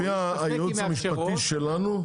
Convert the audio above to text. לפי הייעוץ המשפטי שלנו,